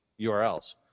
URLs